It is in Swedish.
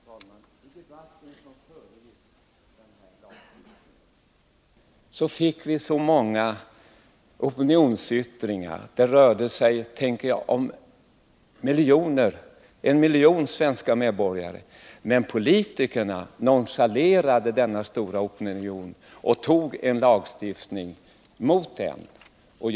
Herr talman! I den debatt som föregick beslutet om abortlagstiftningen fick vi mängder av opinionsyttringar — jag kan tänka mig att de omfattade omkring en miljon svenska medborgare — men politikerna nonchalerade denna stora opinion och antog en lagstiftning som gick emot den.